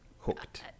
Hooked